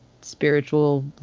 spiritual